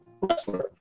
wrestler